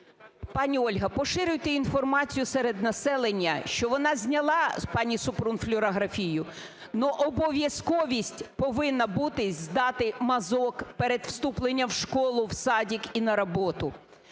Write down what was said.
Пані Ольга, поширюйте інформацію серед населення, що вона зняла пані Супрун флюорографію. Но обов'язковість повинна бути - здати мазок перед вступленням в школу, в садик і на роботу.